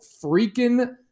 freaking